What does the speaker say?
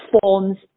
forms